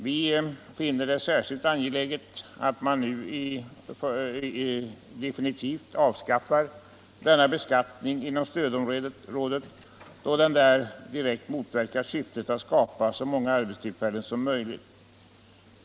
Vi finner det särskilt angeläget att man nu definitivt avskaffar denna beskattning inom stödområdet, då den här direkt motverkar syftet att skapa så många arbetstillfällen som möjligt.